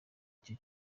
aricyo